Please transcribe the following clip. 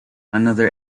another